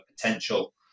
potential